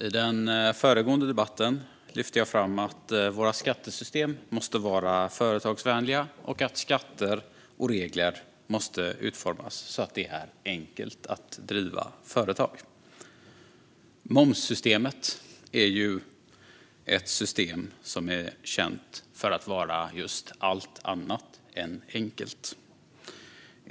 I den föregående debatten lyfte jag fram att våra skattesystem måste vara företagsvänliga och att skatter och regler måste utformas så att det är enkelt att driva företag. Momssystemet är känt för att vara allt annat än enkelt.